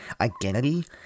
identity